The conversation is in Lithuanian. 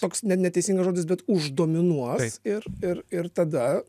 toks ne neteisingas žodis bet uždominuos ir ir ir tada